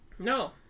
No